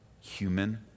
human